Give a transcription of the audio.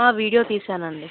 video తీశానండి